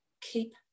Keep